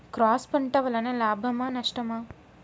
Cross పంట వలన లాభమా నష్టమా?